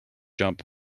jump